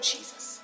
Jesus